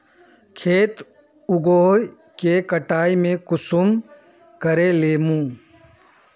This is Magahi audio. खेत उगोहो के कटाई में कुंसम करे लेमु?